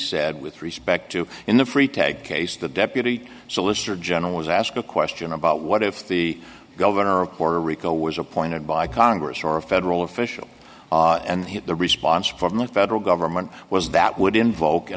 said with respect to in the free tag case the deputy solicitor general was asked a question about what if the governor of puerto rico was appointed by congress or a federal official and hit the response from the federal government was that would invoke